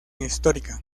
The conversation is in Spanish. histórica